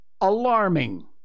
alarming